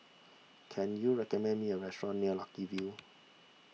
can you recommend me a restaurant near Lucky View